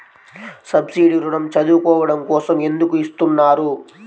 Subsidy ఋణం చదువుకోవడం కోసం ఎందుకు ఇస్తున్నారు?